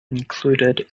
included